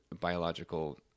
biological